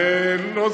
איפה זה?